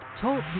Talk